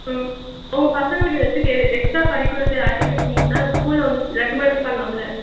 ம் உங்கள் பசங்களுக்கு எதாச்சும் கெரி எக்ஸ்ட்ரா கரிக்குலர்ஸு ஆக்டிவிட்டீஸ் இருந்துச்சுன்னா ஸ்கூலில் வந்து ரெக்கமண்ட் பண்ணலாம்ல